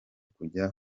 kujya